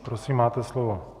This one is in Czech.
Prosím, máte slovo.